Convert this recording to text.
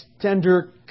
tender